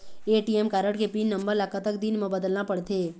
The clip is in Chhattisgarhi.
ए.टी.एम कारड के पिन नंबर ला कतक दिन म बदलना पड़थे?